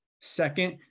Second